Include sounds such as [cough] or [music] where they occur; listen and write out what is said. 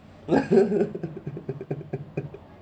[laughs]